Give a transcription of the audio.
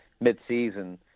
mid-season